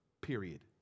Period